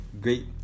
great